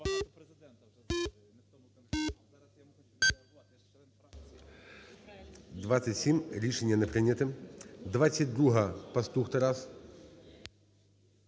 За-27 Рішення не прийнято. 22-а. Пастух Тарас.